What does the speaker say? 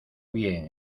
bien